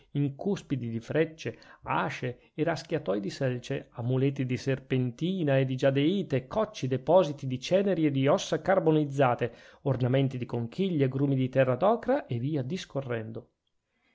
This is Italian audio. in cuspidi di frecce asce e raschiatoi di selce amuleti di serpentina e di giadeite cocci depositi di ceneri e di ossa carbonizzate ornamenti di conchiglie grumi di terra d'ocra e via discorrendo